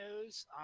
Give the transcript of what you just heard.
news